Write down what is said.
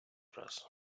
раз